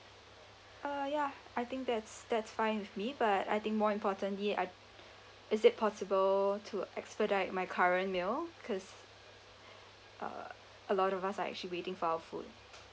uh ya I think that's that's fine with me but I think more importantly I is it possible to expedite my current meal cause uh a lot of us are actually waiting for our food